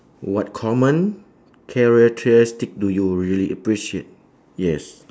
what common characteristic do you really appreciate yes